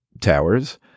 Towers